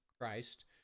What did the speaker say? Christ